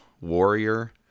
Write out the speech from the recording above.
Warrior